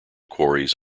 quarries